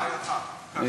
לידך,